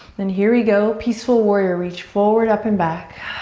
and here we go. peaceful warrior. reach forward, up, and back.